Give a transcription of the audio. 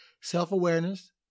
self-awareness